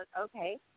okay